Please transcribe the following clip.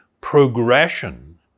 progression